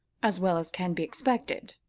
as well as can be expected,